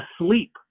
asleep